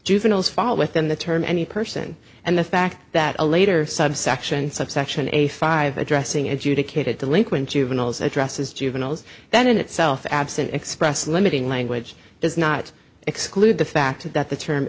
juveniles fall within the term any person and the fact that a later subsection subsection a five addressing educated delinquent juveniles addresses juveniles that in itself absent express limiting language does not exclude the fact that the term